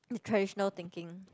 the traditional thinking